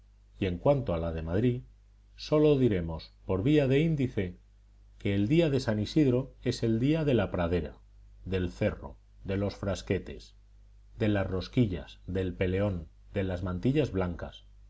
y en cuanto a la de madrid sólo diremos por vía de índice que el día de san isidro es el día de la pradera del cerro de los frasquetes de las rosquillas del peleón de las mantillas blancas